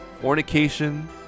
fornication